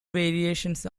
variations